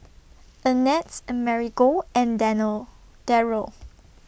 Annette's Amerigo and Daryl